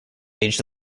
aged